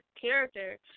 character